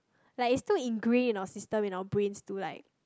like it's still ingrain in our system and our brains to like